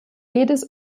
jedes